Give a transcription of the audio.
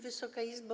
Wysoka Izbo!